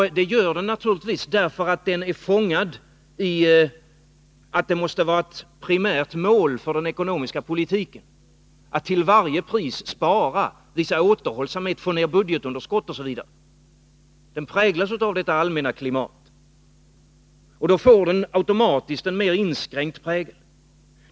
Den gör det naturligtvis därför att den är fångad i föreställningen att det måste vara ett primärt mål för den ekonomiska politiken att till varje pris spara, visa återhållsamhet, få ned budgetunderskottet, osv. Den präglas av detta allmänna klimat. Den får då automatiskt en mera inskränkt prägel.